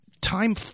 time